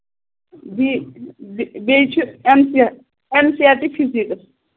بےٚ بیٚیہِ چھُ N C N C R T physics